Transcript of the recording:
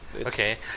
Okay